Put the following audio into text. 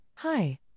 Hi